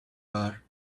bar